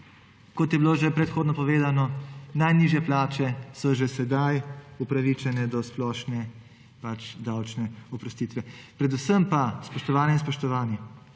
kot je bilo že predhodno povedano, najnižje plače so že sedaj upravičene do splošne davčne oprostitve. Predvsem pa, spoštovane in spoštovani,